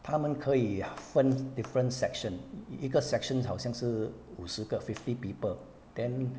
他们可以分 different section 一个 section 好像是五十个 fifty people then